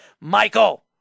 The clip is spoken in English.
Michael